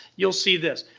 you'll see this.